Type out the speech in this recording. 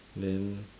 then